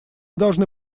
должны